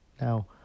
now